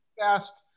fast